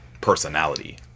personality